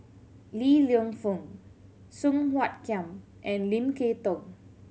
Li Lienfung Song Kiam and Lim Kay Tong